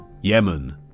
Yemen